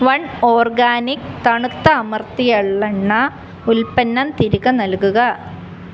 one organic തണുത്ത അമർത്തിയ എള്ളെണ്ണ ഉൽപ്പന്നം തിരികെ നൽകുക